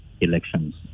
elections